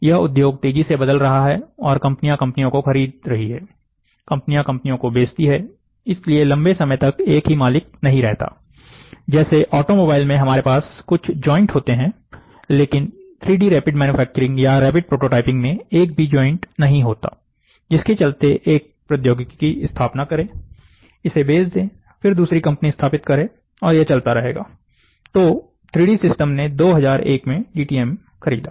यह उद्योग तेजी से बदल रहा है और कंपनियां कंपनियों को खरीद कर रही है कंपनियां कंपनियों को बेचती है इसलिए लंबे समय तक एक ही मालिक नहीं रहताजैसे ऑटोमोबाइल में हमारे पास कुछ जॉइंट होते हैं लेकिन 3D रैपिड मैन्युफैक्चरिंग या रैपिड प्रोटोटाइपिंग में एक भी जॉइंट नहीं होता है जिसके चलते एक प्रौद्योगिकी की स्थापना करें इसे बेच दें फिर दूसरी कंपनी स्थापित करें और यह चलता रहेगातो 3 डी सिस्टम ने 2001 में डीटीएम खरीदा